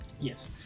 Yes